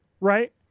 right